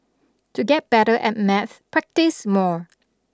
to get better at maths practise more